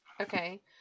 Okay